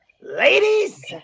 Ladies